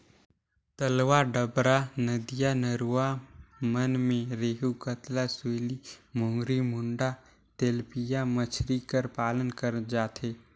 तलवा डबरा, नदिया नरूवा मन में रेहू, कतला, सूइली, मोंगरी, भुंडा, तेलपिया मछरी कर पालन करल जाथे